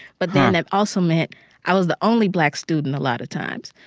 but then that also meant i was the only black student a lot of times.